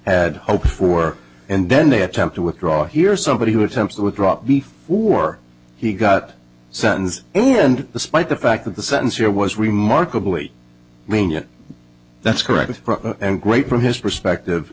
had hoped for and then they attempt to withdraw here somebody who attempts to withdraw before he got sentenced and despite the fact that the sentence here was remarkably media that's correct and great from his perspective